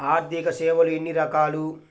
ఆర్థిక సేవలు ఎన్ని రకాలు?